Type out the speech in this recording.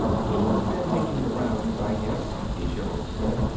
he's been making the rounds, i guess, the general said.